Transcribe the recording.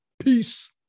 peace